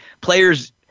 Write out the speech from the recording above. players